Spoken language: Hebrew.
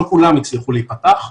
לא כולם הצליחו להיפתח,